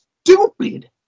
stupid